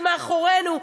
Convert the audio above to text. זה מאחורינו.